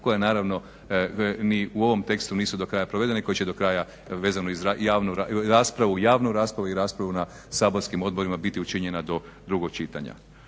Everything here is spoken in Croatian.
koja naravno ni u ovom tekstu nisu do kraja provedeni koji će do kraja vezano za javnu raspravu i raspravu na saborskim odborima biti učinjena do drugog čitanja.